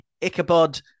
ichabod